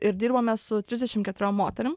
ir dirbome su trisdešim keturiom moterim